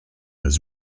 his